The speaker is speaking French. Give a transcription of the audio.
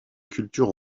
culture